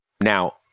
Now